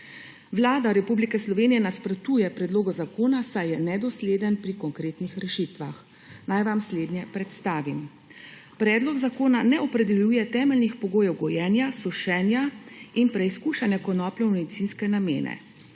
Vlada Republike Slovenije nasprotuje predlogu zakona, saj je nedosleden pri konkretnih rešitvah. Naj vam slednje predstavim. Predlog zakona ne opredeljuje temeljnih pogojev gojenja, sušenja in preizkušanja konoplje v medicinske namene.